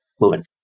moving